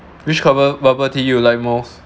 which cover bubble tea you like most